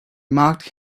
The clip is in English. mocked